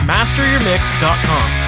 MasterYourMix.com